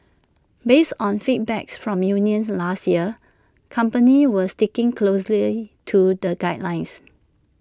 based on feedback's from unions last year companies were sticking closely to the guidelines